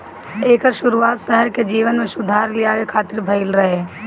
एकर शुरुआत शहर के जीवन में सुधार लियावे खातिर भइल रहे